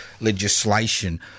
legislation